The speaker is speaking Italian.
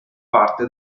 parte